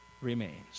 remains